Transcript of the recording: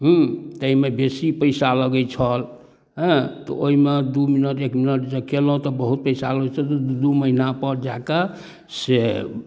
हुँ ताहिमे बेसी पइसा लगै छल हँ तऽ ओहिमे दुइ मिनट एक मिनट जे केलहुँ तऽ बहुत पइसा लगै छल दुइ दुइ महिनापर जाकऽ से